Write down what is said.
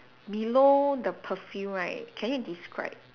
below the perfume right can you describe